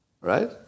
right